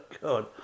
God